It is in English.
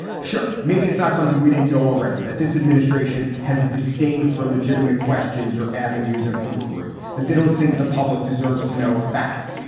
sure. maybe it's not something we didn't know already, that this administration has a disdain for legitimate questions or avenues of inquiry, that they don't think the public deserves to know facts.